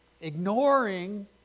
Ignoring